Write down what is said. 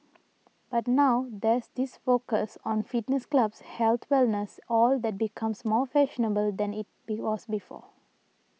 but now there's this focus on fitness clubs health wellness all that becomes more fashionable than it was before